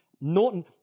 Norton